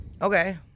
Okay